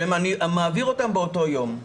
אני מעביר אותם באותו יום.